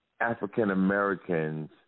African-Americans